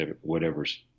whatever's